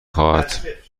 خواهد